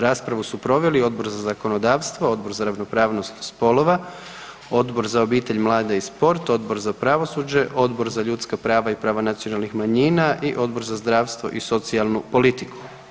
Raspravu su proveli Odbor za zakonodavstvo, Odbor za ravnopravnost spolova, Odbor za obitelj, mlade i sport, Odbor za pravosuđe, Odbor za ljudska prava i prava nacionalnih manjina i Odbor za zdravstvo i socijalnu politiku.